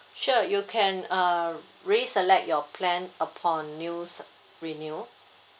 sure you can uh reselect your plan upon new s~ renew